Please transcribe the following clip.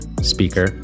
speaker